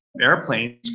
airplanes